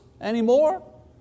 anymore